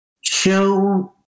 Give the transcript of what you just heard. show